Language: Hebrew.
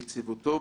ביציבותו,